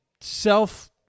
self